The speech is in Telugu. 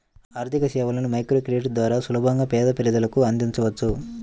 ఆర్థికసేవలను మైక్రోక్రెడిట్ ద్వారా సులభంగా పేద ప్రజలకు అందించవచ్చు